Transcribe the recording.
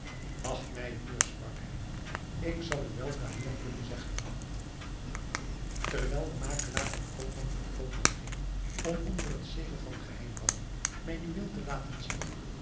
wacht mij hier sprak hij ik zal u weldra meer kunnen zeggen terwijl de makelaar van koopman tot koopman ging om onder het zegel van geheimhouding mijn juweel te laten zien